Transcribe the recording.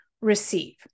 receive